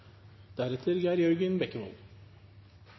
representanten Geir Jørgen